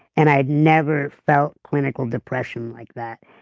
and i'd never felt clinical depression like that.